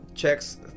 Checks